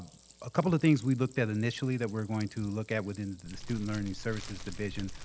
a couple of things we looked at initially that we're going to look at within the student learning services division,